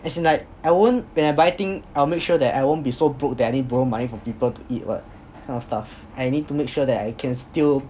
as in like I won't when I buy thing I'll make sure that I won't be so broke that I will need to borrow money from people to eat what kind of stuff and I need to make sure that I can still